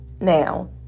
now